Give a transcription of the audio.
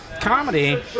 Comedy